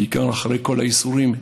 בעיקר אחרי כל הייסורים.